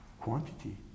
quantity